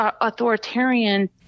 authoritarian